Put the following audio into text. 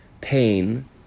pain